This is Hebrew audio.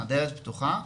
הדלת פתוחה.